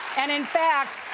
and in fact,